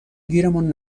گیرمون